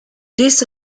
this